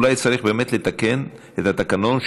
אולי צריך באמת לתקן את התקנון,